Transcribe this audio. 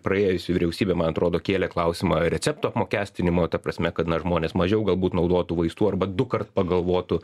praėjusi vyriausybė man atrodo kėlė klausimą recepto apmokestinimo ta prasme kad na žmonės mažiau galbūt naudotų vaistų arba dukart pagalvotų